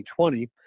2020